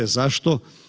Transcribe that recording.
Zašto?